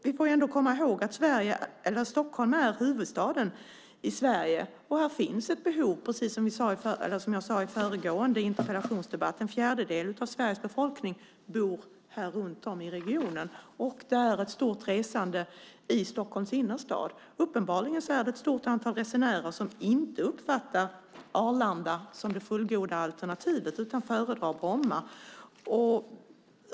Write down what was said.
Vi får ändå komma ihåg att Stockholm är huvudstaden i Sverige, och här finns ett behov, precis som jag sade i föregående interpellationsdebatt. En fjärdedel av Sveriges befolkning bor runt om i den här regionen. Det är ett stort resande i Stockholms innerstad. Uppenbarligen är det ett stort antal resenärer som inte uppfattar Arlanda som det fullgoda alternativet utan föredrar Bromma.